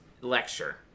lecture